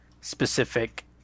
specific